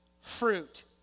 fruit